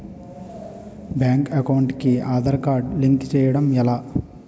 Bank account కి Aadhaar card link చేయడం ఎలా?